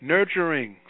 Nurturing